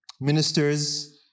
ministers